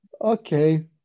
okay